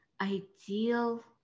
ideal